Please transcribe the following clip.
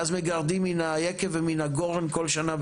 ואז מגרדים מן היקב ומן הגורן בכל שנה,